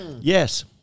Yes